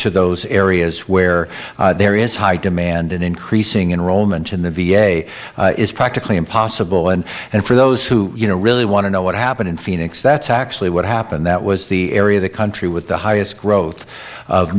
to those areas where there is high demand and increasing in rome and in the v a it's practically impossible and and for those who you know really want to know what happened in phoenix that's actually what happened that was the area of the country with the highest growth of